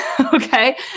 Okay